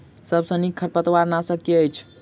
सबसँ नीक खरपतवार नाशक केँ अछि?